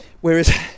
whereas